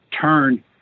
turn